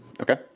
Okay